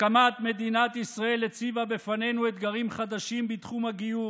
הקמת מדינת ישראל הציבה בפנינו אתגרים חדשים בתחום הגיור,